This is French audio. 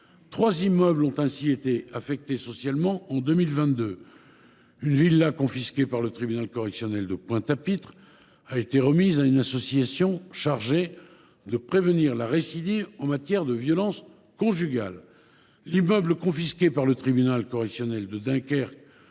Trois immeubles ont ainsi été affectés socialement en 2022 : une villa confisquée par le tribunal correctionnel de Pointe à Pitre a été remise à une association chargée de prévenir la récidive en matière de violences conjugales ; l’immeuble confisqué par le tribunal correctionnel de Dunkerque,